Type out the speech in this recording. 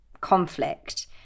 conflict